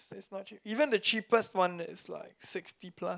that's not cheap even the cheapest one that is like sixty plus